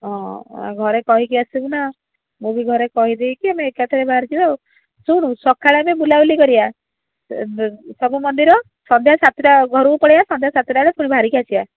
ହଁ ଆଉ ଘରେ କହିକି ଆସିବୁ ନା ମୁଁ ବି ଘରେ କହିଦେଇକି ଆମେ ଏକାଥରେ ବାହାରିଯିବା ଆଉ ଶୁଣ ସକାଳେ ମାନେ ବୁଲା ବୁଲି କରିବା ସବୁ ମନ୍ଦିର ସଂଧ୍ୟା ସାତଟା ଘରକୁ ପଳାଇବା ସଂଧ୍ୟା ସାତଟା ବେଳେ ପୁଣି ବାହାରିକି ଆସିବା